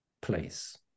place